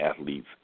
athletes